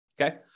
okay